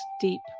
deep